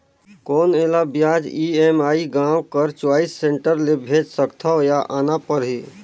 कौन एला ब्याज ई.एम.आई गांव कर चॉइस सेंटर ले भेज सकथव या आना परही?